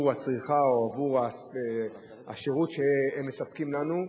הצריכה או עבור השירות שהן מספקות לנו,